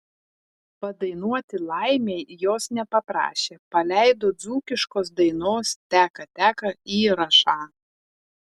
padainuoti laimei jos nepaprašė paleido dzūkiškos dainos teka teka įrašą